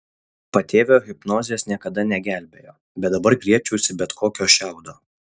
patėvio hipnozės niekada negelbėjo bet dabar griebčiausi bet kokio šiaudo